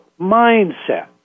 mindset